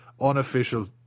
unofficial